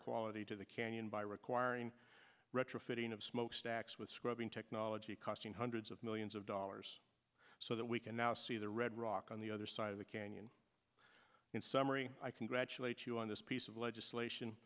quality to the canyon by requiring retrofitting of smokestacks with scrubbing technology costing hundreds of millions of dollars so that we can now see the red rock on the other side of the canyon in summary i congratulate you on this piece of legislation